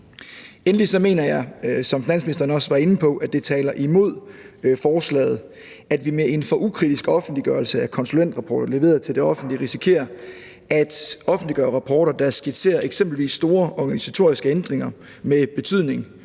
inde på, at det taler imod forslaget, at vi med en for ukritisk offentliggørelse af konsulentrapporter leveret til det offentlige risikerer at offentliggøre rapporter, der skitserer eksempelvis store organisatoriske ændringer med betydning